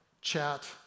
chat